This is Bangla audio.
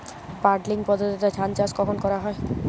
পাডলিং পদ্ধতিতে ধান চাষ কখন করা হয়?